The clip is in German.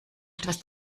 etwas